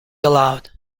allowed